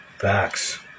Facts